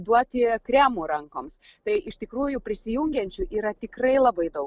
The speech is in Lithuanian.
duoti kremų rankoms tai iš tikrųjų prisijungiančių yra tikrai labai daug